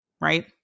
right